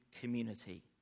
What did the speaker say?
community